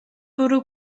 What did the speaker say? bwrw